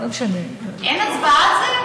אין הצבעה על זה?